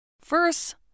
First